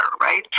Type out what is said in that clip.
right